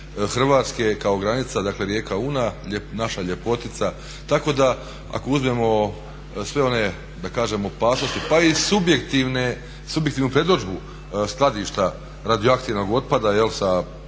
Hrvatske kao granica, dakle rijeka Una, naša ljepotica. Tako da ako uzmemo sve one da kažemo opasnosti, pa i subjektivnu predodžbu skladišta radioaktivnog otpada sa